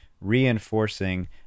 reinforcing